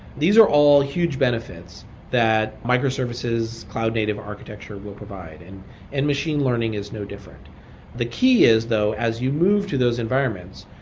these are all huge benefits that microservices cloud native architecture will provide. and and machine learning is no different the key is though as you move to those environments,